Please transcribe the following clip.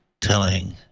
telling